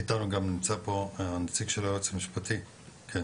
איתנו גם נמצא פה הנציג של היועץ המשפטי אם